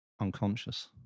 unconscious